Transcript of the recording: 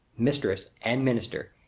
mistress, and minister,